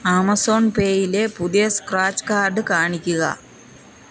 Amazon പേയിലെ പുതിയ scratch card കാണിക്കുക